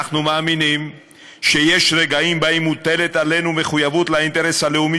אנחנו מאמינים שיש רגעים שבהם מוטלת עלינו מחויבות לאינטרס הלאומי,